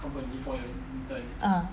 ah